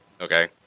Okay